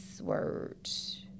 words